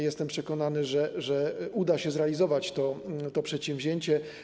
Jestem przekonany, że uda się zrealizować to przedsięwzięcie.